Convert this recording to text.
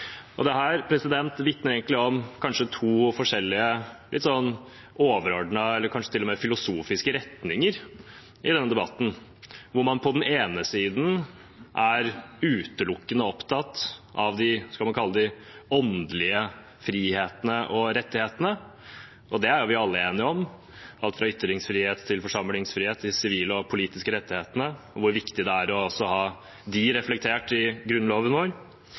vitner egentlig om to forskjellige litt overordnede, kanskje til og med filosofiske, retninger i denne debatten. På den ene siden er man utelukkende opptatt av hva man kan kalle de åndelige frihetene og rettighetene – og dem er vi alle enige om, alt fra ytringsfrihet, forsamlingsfrihet til de sivile og politiske rettighetene – og hvor viktig det er at de er reflektert i grunnloven vår.